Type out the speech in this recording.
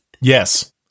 Yes